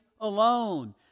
alone